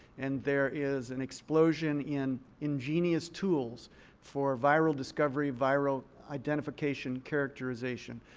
and there is an explosion in ingenuous tools for viral discovery, viral identification, characterization.